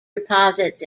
deposits